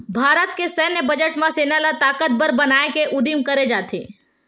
भारत के सैन्य बजट म सेना ल ताकतबर बनाए के उदिम करे जाथे